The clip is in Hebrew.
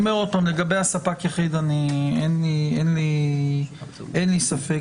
לגבי ספק יחיד, אין לי ספק.